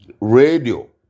Radio